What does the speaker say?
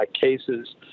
cases